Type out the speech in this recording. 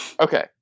Okay